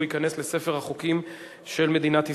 ייכנס לספר החוקים של מדינת ישראל.